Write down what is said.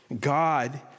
God